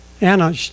Anna